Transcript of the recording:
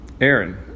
Aaron